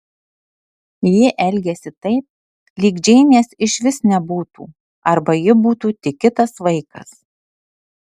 ji elgėsi taip lyg džeinės išvis nebūtų arba ji būtų tik kitas vaikas